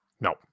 No